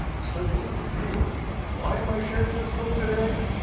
so does the viewer. why am i sharing this film today?